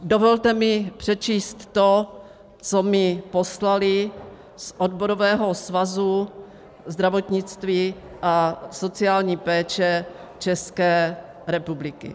Dovolte mi přečíst to, co mi poslali z Odborového svazu zdravotnictví a sociální péče České republiky.